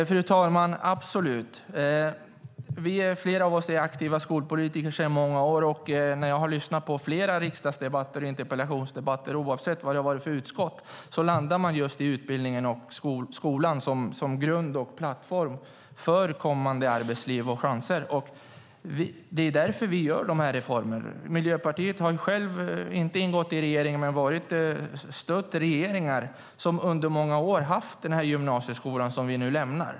Fru talman! Det gör jag absolut. Flera av oss är aktiva skolpolitiker sedan många år. När jag har lyssnat på flera ärendedebatter och interpellationsdebatter oavsett utskott landar man på utbildningen och skolan som grund och plattform för kommande arbetsliv och möjligheter. Det är därför som vi genomför dessa reformer. Miljöpartiet har inte ingått i någon regering men har stött regeringar som under många år har haft den gymnasieskola som vi nu lämnar.